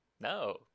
No